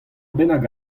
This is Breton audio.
bennak